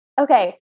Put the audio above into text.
Okay